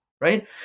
right